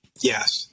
Yes